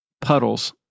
puddles